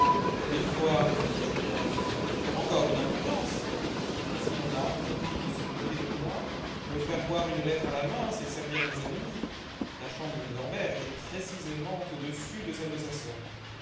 mais quoi se dit julien avec humeur encore une imprudence si l'on a entrepris de se moquer de moi me faire voir une lettre à la main c'est servir mes ennemis la chambre de norbert était précisément au-dessus de celle de sa soeur